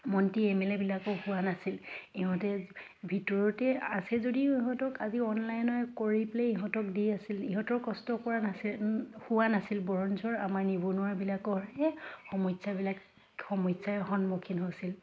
মন্ত্ৰী M L এবিলাকো শোৱা নাছিল ইহঁতে ভিতৰতে আছে যদিও ইহঁতক আজি অনলাইনে কৰি পেলাই ইহঁতক দি আছিল ইহঁতৰ কষ্ট কৰা নাছিল হোৱা নাছিল বৰঞ্চ আমাৰ নিবনুৱাবিলাকৰহে সমস্যাবিলাক সমস্যাই সন্মুখীন হৈছিল